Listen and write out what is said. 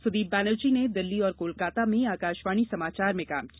सुदीप बनर्जी ने दिल्ली और कोलकाता में आकाशवाणी समाचार में काम किया